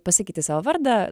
pasakyti savo vardą